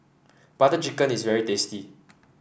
Butter Chicken is very tasty